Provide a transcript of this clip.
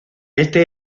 este